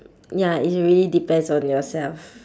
ya it's really depends on yourself